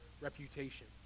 reputation